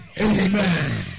Amen